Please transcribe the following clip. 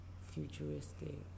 futuristic